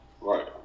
Right